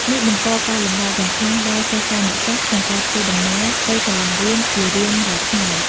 នេះបង្កការលំបាកយ៉ាងខ្លាំងដល់សិស្សានុសិស្សក្នុងការធ្វើដំណើរទៅសាលារៀនជារៀងរាល់ថ្ងៃ។